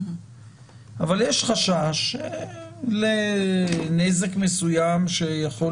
אבל יש חשש לנזק מסוים שיכול